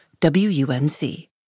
WUNC